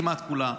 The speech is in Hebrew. כמעט כולם,